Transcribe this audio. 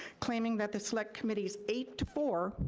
claiming that the select committee's eight four,